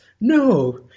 No